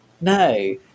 No